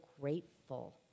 grateful